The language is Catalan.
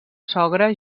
sogre